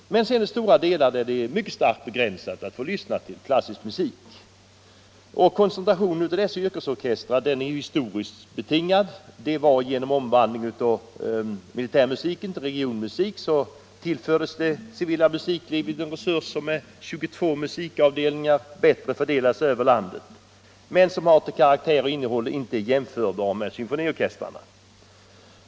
Men inom stora delar av landet är möjligheterna att få lyssna till klassisk musik starkt begränsade. Koncentrationen av yrkesorkestrar är historiskt betingad. Genom omvandling av militärmusiken till regionmusik tillfördes det civila musiklivet en resurs som med 22 musikavdelningar bättre fördelas över landet, men som till karaktär och innehåll inte är jämförbar med symfoniorkestrarnas resurser.